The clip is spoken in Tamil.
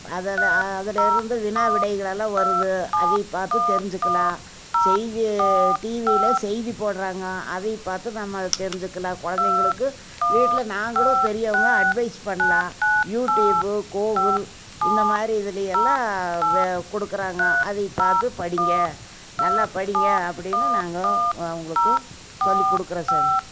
அதில் அதுலேருந்து வினா விடைகள் எல்லாம் வருது அதை பார்த்து தெரிஞ்சுக்கலாம் செய்தி டிவியில் செய்தி போடறாங்கோ அதையும் பார்த்து நம்ம தெரிஞ்சுக்கலாம் குழந்தைங்களுக்கு வீட்டில் நாங்களும் பெரியவங்கள் அட்வைஸ் பண்ணலாம் யூடியூப்பு கூகுள் இந்த மாதிரி இதில் எல்லாம் கொடுக்குறாங்க அதையும் பார்த்து படிங்க நல்லா படிங்க அப்படின்னு நாங்கள் அவங்களுக்கு சொல்லிக் கொடுக்குறோம் சாமி